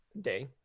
day